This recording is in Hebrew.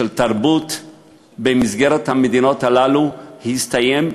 של תרבות במסגרת המדינות הללו הסתיים.